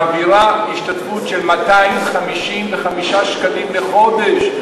מעבירה השתתפות של 255 שקלים לחודש.